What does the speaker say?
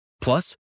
Plus